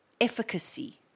efficacy